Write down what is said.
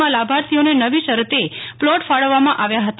માં લાભાર્થીઓને નવી શરતે પ્લોટ ફાળવવામાં આવ્યા હતા